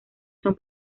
son